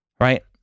right